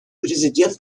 президент